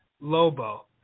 Lobo